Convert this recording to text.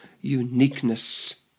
uniqueness